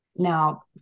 Now